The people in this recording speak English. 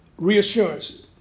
Reassurance